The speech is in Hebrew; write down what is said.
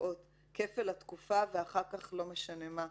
שקובעות כפל תקופה ואחר כך לא משנה מה,